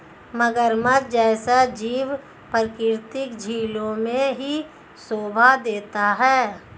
मगरमच्छ जैसा जीव प्राकृतिक झीलों में ही शोभा देता है